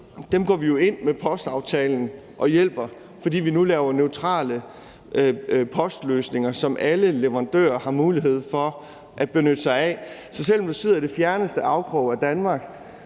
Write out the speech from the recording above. øer, går vi jo ind med postaftalen og hjælper dem, fordi vi nu laver neutrale postløsninger, som alle leverandører har mulighed for at benytte sig af. Så selv om man sidder i de fjerneste afkroge af Danmark,